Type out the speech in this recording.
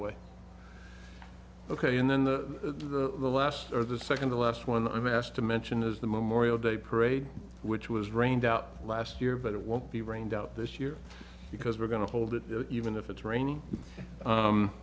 way ok and then the last or the second the last one i'm asked to mention is the memorial day parade which was rained out last year but it won't be rained out this year because we're going to hold it even if it's raining